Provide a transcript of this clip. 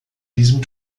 diesem